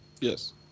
Yes